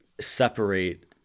separate